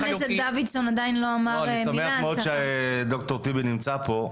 אני שמח מאוד שד"ר טיבי נמצא פה.